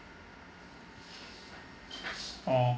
orh